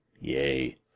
Yay